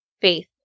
faith